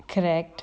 correct